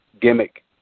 gimmick